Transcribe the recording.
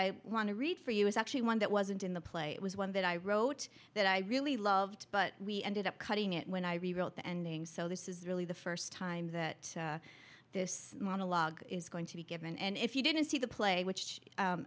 i want to read for you is actually one that wasn't in the play it was one that i wrote that i really loved but we ended up cutting it when i rewrote the ending so this is really the first time that this monologue is going to be good and if you didn't see the play which